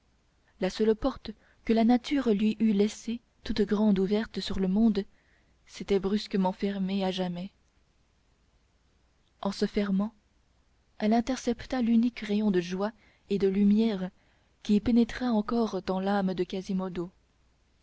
la seule porte que la nature lui eût laissée toute grande ouverte sur le monde s'était brusquement fermée à jamais en se fermant elle intercepta l'unique rayon de joie et de lumière qui pénétrât encore dans l'âme de quasimodo